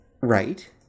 Right